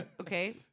Okay